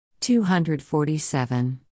247